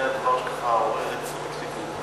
זה הדבר שככה עורר את תשומת לבי.